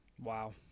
Wow